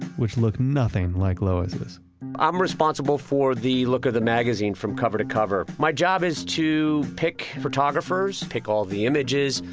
which look nothing like lois's. i'm responsible for the look of the magazine from cover to cover. my job is to pick photographers, pick all the images,